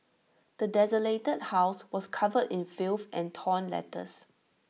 the desolated house was covered in filth and torn letters